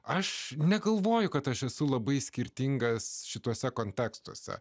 aš negalvoju kad aš esu labai skirtingas šituose kontekstuose